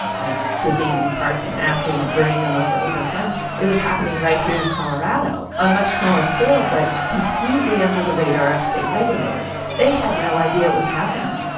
like dipping parts in acid and burning them over open flames, it was happening right here in colorado on a much smaller scale but completely under the radar of state regulators. they had no idea it was happening.